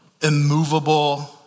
immovable